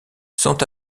sont